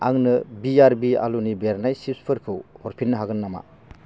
आंनो बि आर बि आलुनि बेरनाय चिप्सफोरखौ हरफिन्नो हागोन नामा